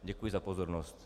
Děkuji za pozornost.